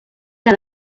que